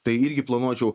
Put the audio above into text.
tai irgi planuočiau